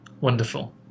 Wonderful